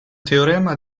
teorema